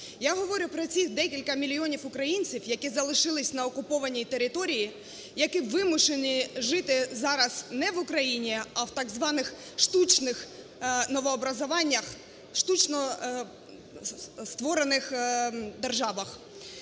Я говорю про тих декілька мільйонів українців, які залишились на окупованій території, які вимушені жити зараз не в Україні, а в так званих штучних новообразованиях, штучно створених державах.